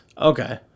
okay